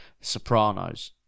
Sopranos